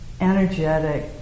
energetic